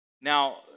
Now